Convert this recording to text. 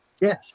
Yes